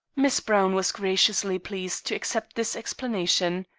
miss browne was graciously pleased to accept this explanation.